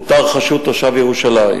אותר חשוד תושב ירושלים.